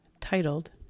titled